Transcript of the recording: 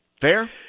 Fair